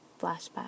flashback